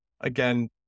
again